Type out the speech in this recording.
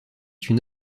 une